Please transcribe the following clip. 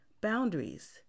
boundaries